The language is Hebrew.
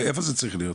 איפה זה צריך להיות?